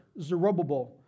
Zerubbabel